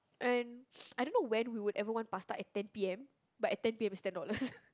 and I don't know when we would ever want pasta at ten P_M but at ten P_M is ten dollars